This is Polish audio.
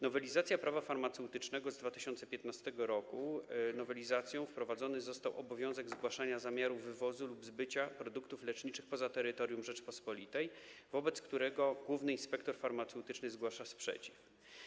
Nowelizacją Prawa farmaceutycznego z 2015 r. wprowadzony został obowiązek zgłaszania zamiaru wywozu lub zbycia produktów leczniczych poza terytorium Rzeczypospolitej, wobec którego główny inspektor farmaceutyczny zgłasza sprzeciw.